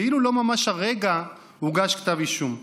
כאילו לא ממש הרגע הוגש כתב אישום.